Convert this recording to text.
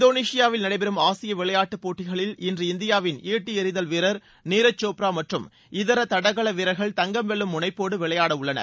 இந்தோனேஷியாவில் நடைபெறும் ஆசிய விளையாட்டுப்போட்டிகளில் இன்று இந்தியாவின் ஈட்டி எறிதல் வீரர் நீரஜ் சோப்ரா மற்றும் இதர தடகள வீரர்கள் தங்கம் வெல்லும் முனைப்போடு விளையாடவுள்ளனர்